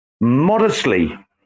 Modestly